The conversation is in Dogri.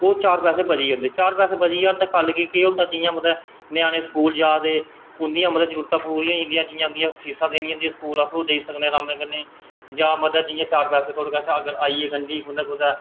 ओह् चार पैसे बची जंदे ओह् चार पैसे बची जान ते कल्ल गी केह् होंदा कि जियां मतलब ञ्यानें स्कूल जा दे उंदियां मतलब जरूरतां पूरियां होई जंदियां जियां मतलब फीसां देनियां होंदियां ते अस ओह् देई सकने रामै कन्नै जां जियां मतलब चार पैसे थुआढ़ी आइये गंढी मतलब कुदै